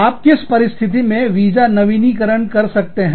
आप किस परिस्थिति में वीजा नवीनीकरण कर सकते हैं